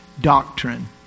doctrine